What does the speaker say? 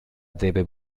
debe